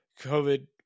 COVID